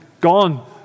gone